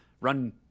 run